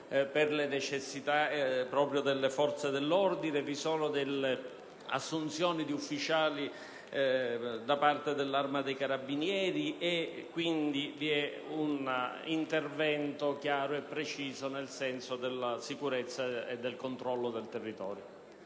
alle necessità delle forze dell'ordine, sono, ad esempio, previste assunzioni di ufficiali da parte dell'Arma dei carabinieri, quindi vi è un intervento chiaro e preciso nel senso della sicurezza e del controllo del territorio.